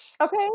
Okay